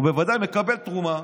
הוא בוודאי מקבל תרומה,